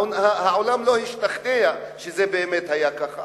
העולם לא השתכנע שזה באמת היה כך,